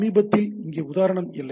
சமீபத்தில் இங்கே உதாரணம் இல்லை